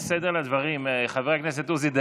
יש סדר לדברים, חבר הכנסת עוזי דיין.